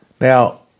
Now